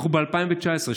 אנחנו ב-2019.